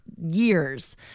years